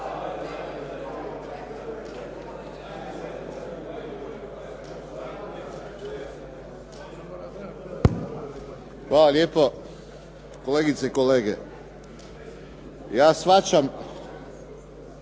Hvala lijepo. Kolegice i kolege, ja shvaćam